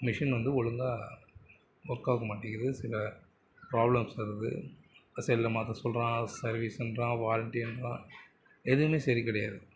machine வந்து ஒழுங்காக ஒர்க்காக மாட்டேங்குது சில ப்ராப்ளம்ஸ் வருது இப்போ செல்லை மாற்ற சொல்கிறான் சர்விஸ்கிறான் வாரண்டின்கிறான் எதுவுமே சரி கிடையாது